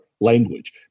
language